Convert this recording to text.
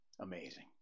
amazing